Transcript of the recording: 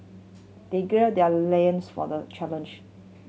they gird their loins for the challenge